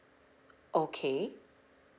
okay